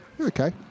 okay